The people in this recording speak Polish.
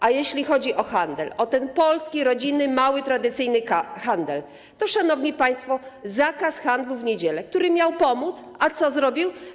A jeśli chodzi o handel, o ten polski, rodzinny, mały, tradycyjny handel, to, szanowni państwo, mamy zakaz handlu w niedzielę, który miał pomóc, a co zrobił?